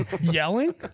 yelling